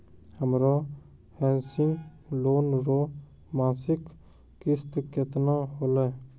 हमरो housing loan रो मासिक किस्त केतना होलै?